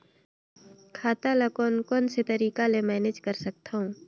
खाता ल कौन कौन से तरीका ले मैनेज कर सकथव?